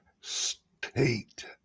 State